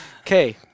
Okay